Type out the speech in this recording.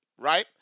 Right